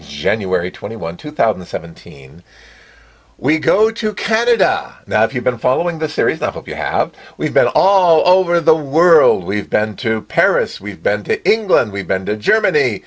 january twenty one two thousand and seventeen we go to canada now if you've been following the series i hope you have we've been all over the world we've been to paris we've been to england we've been to germany